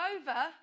over